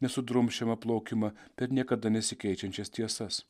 nesudrumsčiamą plaukimą per niekada nesikeičiančias tiesas